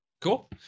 Cool